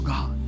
God